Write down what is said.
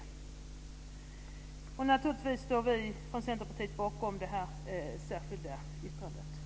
Vi från Centerpartiet står naturligtvis bakom det här särskilda yttrandet.